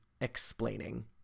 explaining